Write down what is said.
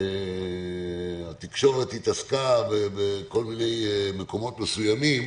שהתקשורת התעסקה בכל מיני מקומות מסוימים.